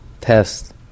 test